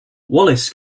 wallace